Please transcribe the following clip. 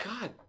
God